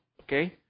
okay